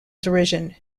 derision